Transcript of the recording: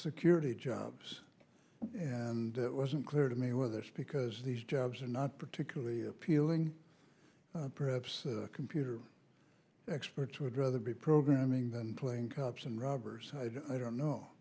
security jobs and it wasn't clear to me whether it's because these jobs are not particularly appealing perhaps computer experts would rather be programming than playing cops and robbers i don't know